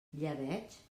llebeig